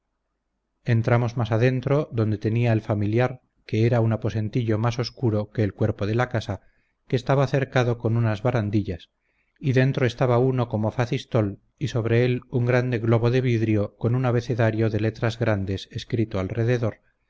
entramos más adentro donde tenía el familiar que era un aposentillo más oscuro que el cuerpo de la casa que estaba cercado con unas barandillas y dentro estaba uno como facistol y sobre él un grande globo de vidrio con un abecedario de letras grandes escrito